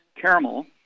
Caramel